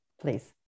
please